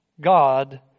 God